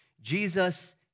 Jesus